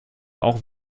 auch